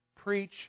Preach